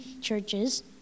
churches